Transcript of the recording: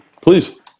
Please